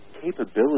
Capability